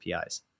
APIs